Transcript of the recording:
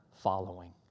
following